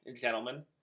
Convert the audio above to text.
gentlemen